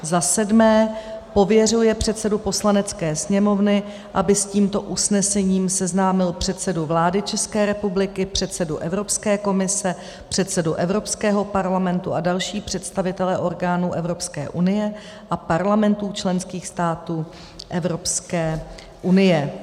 VII. pověřuje předsedu Poslanecké sněmovny, aby s tímto usnesením seznámil předsedu vlády České republiky, předsedu Evropské komise, předsedu Evropského parlamentu a další představitele orgánů Evropské unie a parlamentů členských států Evropské unie.